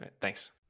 Thanks